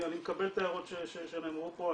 אני מקבל את ההערות שנאמרו פה,